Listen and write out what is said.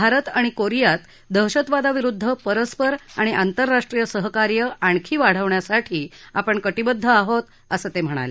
भारत आणि कोरियात दहशतवादाविरुद्ध परस्पर आणि आतंरराष्ट्रीय सहकार्य आणखी वाढवण्यासाठी कटीबद्ध आहोत असं ते म्हणाले